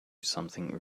something